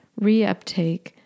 reuptake